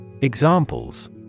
Examples